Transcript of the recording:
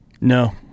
No